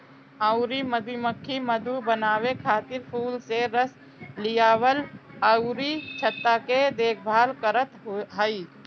अउरी मधुमक्खी मधु बनावे खातिर फूल से रस लियावल अउरी छत्ता के देखभाल करत हई